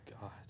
God